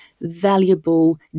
valuable